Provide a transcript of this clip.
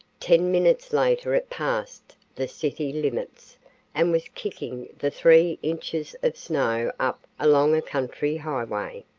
ten minutes later it passed the city limits and was kicking the three inches of snow up along a country highway.